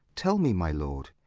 tell me, my lord,